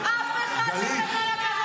חבר הכנסת גלעד קריב.